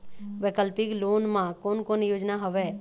वैकल्पिक लोन मा कोन कोन योजना हवए?